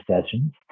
sessions